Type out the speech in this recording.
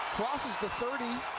crosses the thirty.